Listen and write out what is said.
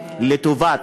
לטובת,